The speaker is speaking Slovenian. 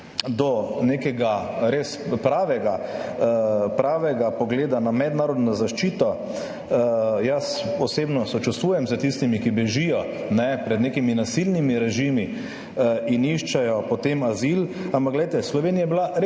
do nekega res pravega pogleda na mednarodno zaščito – jaz osebno sočustvujem s tistimi, ki bežijo pred nekimi nasilnimi režimi in iščejo potem azil, ampak glejte, Slovenija je bila